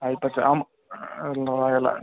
high budget ஆமாம் ராயலாக